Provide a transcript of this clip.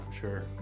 Sure